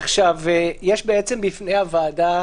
אגב,